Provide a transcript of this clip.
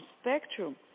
spectrum